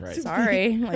sorry